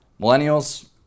Millennials